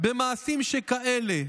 במעשרים שכאלה.